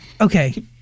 Okay